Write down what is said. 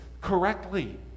correctly